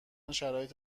شرایط